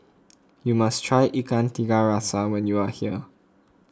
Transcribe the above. you must try Ikan Tiga Rasa when you are here